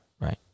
right